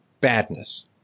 badness